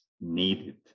needed